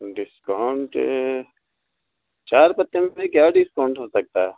discount چار پتے میں کیا ڈسکاؤنٹ ہو سکتا ہے